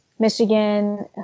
Michigan